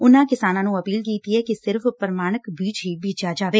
ਉਨਾਂ ਕਿਸਾਨਾਂ ਨੁੰ ਅਪੀਲ ਕੀਤੀ ਕਿ ਸਿਰਫ਼ ਪ੍ਮਾਣਕ ਬੀਜ ਹੀ ਬੀਜਿਆ ਜਾਵੇ